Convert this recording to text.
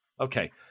Okay